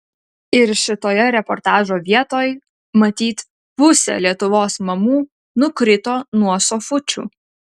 ir šitoje reportažo vietoj matyt pusė lietuvos mamų nukrito nuo sofučių